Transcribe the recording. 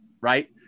right